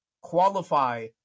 qualify